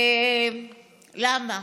למה?